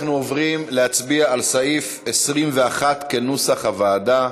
אנחנו עוברים להצביע על סעיף 21 כנוסח הוועדה,